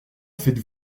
faites